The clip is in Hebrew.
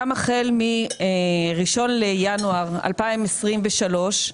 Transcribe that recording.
גם החל מ-1 לינואר 2023,